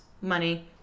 money